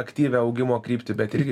aktyvią augimo kryptį bet irgi